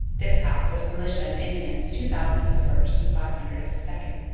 this half was militia and indians, two thousand of the first and five hundred of the second.